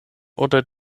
oder